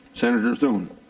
senator thune.